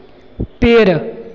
पेड़